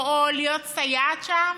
או להיות סייעת שם,